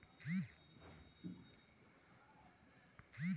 आजकल इ देस में इ बीमा सोलह साल से पेन्सन क उमर तक होला